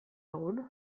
egun